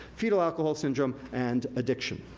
fetal alcohol syndrome, and addiction.